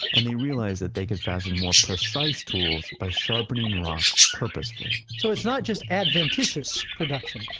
and they realized that they can fashion more precise tools by sharpening rocks purposefully so it's not just adventitious production.